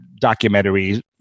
documentary